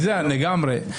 לגמרי.